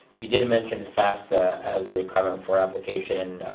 you did mention fafsa as a requirement for application, and